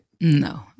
No